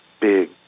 big